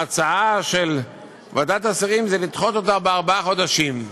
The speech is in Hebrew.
ההצעה של ועדת השרים היא לדחות אותה בארבעה חודשים.